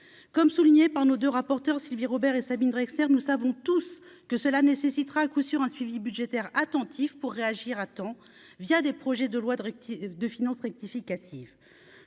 comme souligné par nos 2 rapporteurs Sylvie Robert et Sabine Draxler nous savons tous que cela nécessitera à coup sûr un suivi budgétaire attentif pour réagir à temps, via des projets de loi de de finances rectificative,